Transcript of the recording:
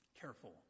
careful